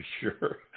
sure